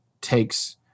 takes